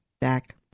back